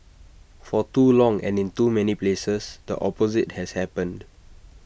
for too long and in too many places the opposite has happened